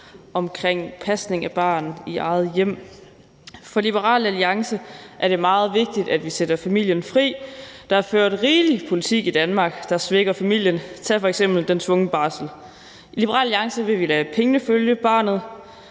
omkring pasning af barn i eget hjem. For Liberal Alliance er det meget vigtigt, at vi sætter familien fri. Der er ført rigelig politik i Danmark, der svækker familien; tag f.eks. den tvungne barsel. I Liberal Alliance vil vi lade pengene følge barnet.